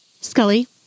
Scully